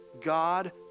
God